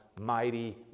mighty